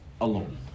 alone